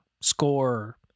score